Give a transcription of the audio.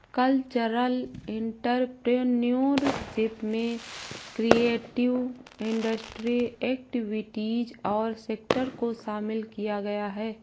cultural entrepreneurship में creative industry activities और sector को शामिल किया गया है